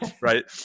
right